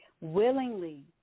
willingly